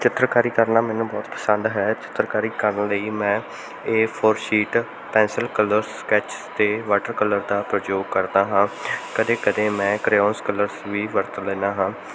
ਚਿੱਤਰਕਾਰੀ ਕਰਨਾ ਮੈਨੂੰ ਬਹੁਤ ਪਸੰਦ ਹੈ ਚਿੱਤਰਕਾਰੀ ਕਰਨ ਲਈ ਮੈਂ A four sheet pencil colour sketches ਅਤੇ ਵਾਟਰ ਕਲਰ ਦਾ ਪ੍ਰਯੋਗ ਕਰਦਾ ਹਾਂ ਕਦੇ ਕਦੇ ਮੈਂ ਕਰਿਓਸ ਕਲਰਸ ਵੀ ਵਰਤ ਲੈਂਦਾ ਹਾਂ